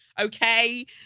Okay